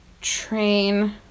Train